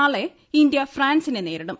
നാളെ ഇന്ത്യ ഫ്രാൻസിനെ നേരിടും